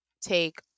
take